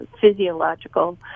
physiological